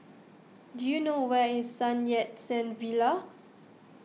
do you know where is Sun Yat Sen Villa